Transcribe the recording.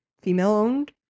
female-owned